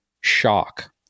shock